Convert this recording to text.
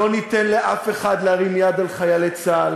לא ניתן לאף אחד להרים יד על חיילי צה"ל